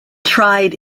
tried